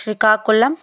Srikakulam